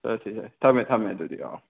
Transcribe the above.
ꯑꯁꯤꯁꯦ ꯊꯝꯃꯦ ꯊꯝꯃꯦ ꯑꯗꯨꯗꯤ ꯑꯣ ꯑꯣ